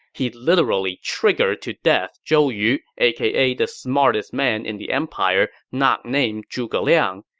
he literally triggered to death zhou yu, aka the smartest man in the empire not named zhuge liang.